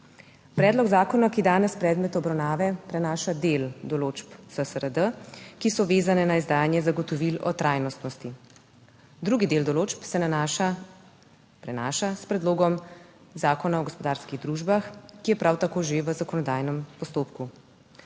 Predlog zakona, ki je danes predmet obravnave, prenaša del določb CSRD, ki so vezane na izdajanje zagotovil o trajnostnosti. Drugi del določb se prenaša s predlogom zakona o gospodarskih družbah, ki je prav tako že v zakonodajnem postopku.